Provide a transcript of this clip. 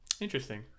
Interesting